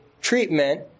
treatment